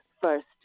first